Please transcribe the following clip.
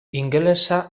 ingelesa